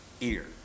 ear